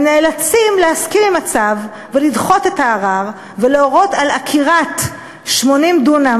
הם נאלצים להסכים עם הצו ולדחות את הערר ולהורות על עקירת 80 דונם